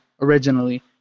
originally